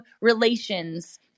relations